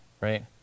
right